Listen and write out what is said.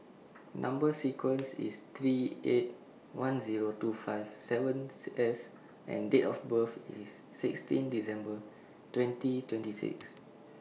Number sequence IS T three eight one Zero two five seven S and Date of birth IS sixteen December twenty twenty six